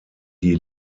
die